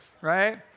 right